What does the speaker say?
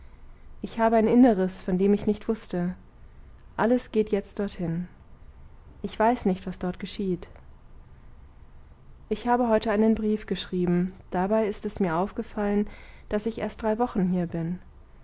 ich habe ein inneres von dem ich nicht wußte alles geht jetzt dorthin ich weiß nicht was dort geschieht ich habe heute einen brief geschrieben dabei ist es mir aufgefallen daß ich erst drei wochen hier bin